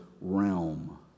realm